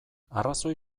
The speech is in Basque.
arrazoi